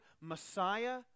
Messiah